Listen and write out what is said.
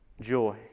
Joy